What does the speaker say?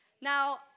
now